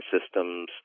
systems